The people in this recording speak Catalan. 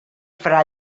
fra